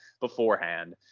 beforehand